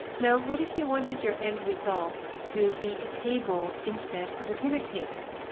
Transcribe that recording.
now, what if you wanted your end result to be a table instead of a pivottable?